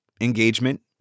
engagement